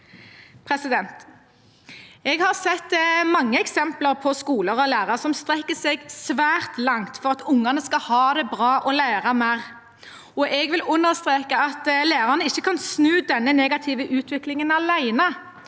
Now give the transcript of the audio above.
Jeg har sett mange eksempler på skoler og lærere som strekker seg svært langt for at ungene skal ha det bra og lære mer. Jeg vil understreke at lærerne ikke kan snu denne negative utviklingen alene.